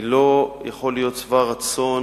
אני לא יכול להיות שבע רצון